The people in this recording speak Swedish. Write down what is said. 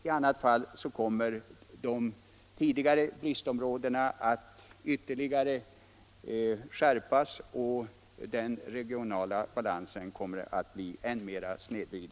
I annat fall kommer situationen i de tidigare bristområdena att förvärras, och den regionala balansen kommer att bli än mera snedvriden.